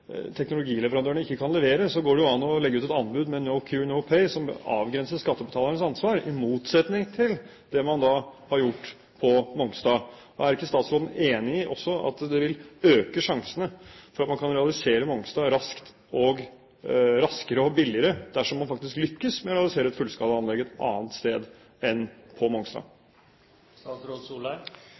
teknologileverandørene ikke kan levere, går det jo an å legge ut et anbud med «no cure, no pay», som avgrenser skattebetalernes ansvar, i motsetning til det man har gjort på Mongstad. Er ikke statsråden også enig i at det vil øke sjansene for at man kan realisere Mongstad raskere og billigere – dersom man faktisk lykkes med å realisere et fullskalaanlegg et annet sted enn på